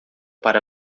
para